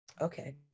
okay